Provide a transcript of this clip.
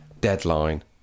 deadline